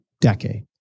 decade